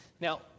Now